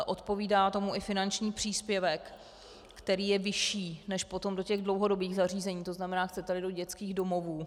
Odpovídá tomu i finanční příspěvek, který je vyšší než potom do těch dlouhodobých zařízení, to znamená, chceteli, do dětských domovů.